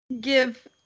give